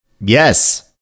Yes